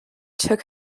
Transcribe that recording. took